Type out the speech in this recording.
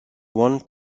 one